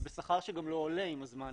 בשכר שגם לא עולה עם הזמן,